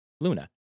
Luna